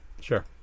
Sure